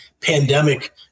Pandemic